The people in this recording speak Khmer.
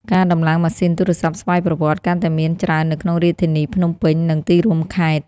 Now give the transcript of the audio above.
ការដំឡើងម៉ាស៊ីនទូរស័ព្ទស្វ័យប្រវត្តិកាន់តែមានច្រើននៅក្នុងរាជធានីភ្នំពេញ និងទីរួមខេត្ត។